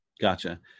Gotcha